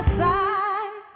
side